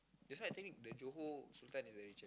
that's why I think the Johor sultan is the richer